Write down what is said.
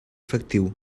efectiu